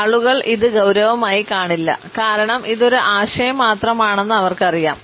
ആളുകൾ ഇത് ഗൌരവമായി കാണില്ല കാരണം ഇത് ഒരു ആശയം മാത്രമാണെന്ന് അവർക്കറിയാം